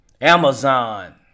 Amazon